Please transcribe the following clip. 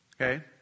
okay